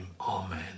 Amen